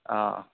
অঁ